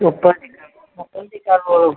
മൊത്താവും തീർക്കാൻ മൊത്തവും തീർക്കാൻ